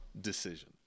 decision